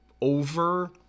over